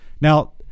now